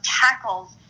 tackles